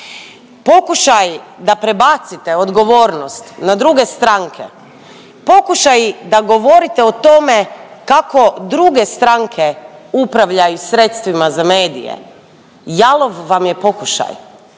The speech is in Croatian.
Pokušaj da prebacite odgovornost na druge stranke, pokušaj da govorite o tome kako druge stranke upravljaju sredstvima za medije jalov vam je pokušaj,